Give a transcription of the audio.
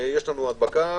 יש הדבקה,